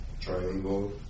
triangle